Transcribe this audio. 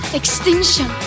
extinction